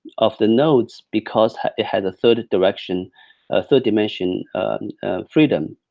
of the nodes, because it had a third dimension ah third dimension freedom.